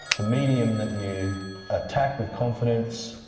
it's a medium that you attack with confidence.